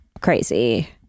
crazy